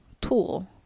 tool